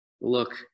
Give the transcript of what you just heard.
Look